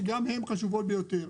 שגם הן חשובות ביותר,